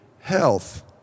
health